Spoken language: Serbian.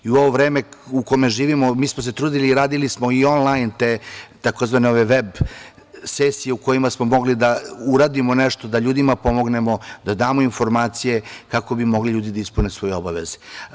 I u ovo vreme u kome živimo, mi smo se trudili i radili smo i on-lajn te tzv. „veb sesije“, u kojima smo mogli da uradimo nešto, da ljudima pomognemo, da damo informacije kako bi mogli ljudi da ispune svoje obaveze.